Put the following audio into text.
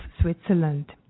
Switzerland